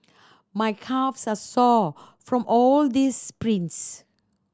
my calves are sore from all the sprints